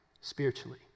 spiritually